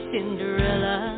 Cinderella